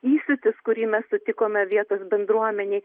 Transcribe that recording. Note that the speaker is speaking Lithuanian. įsiūtis kurį mes sutikome vietos bendruomenėj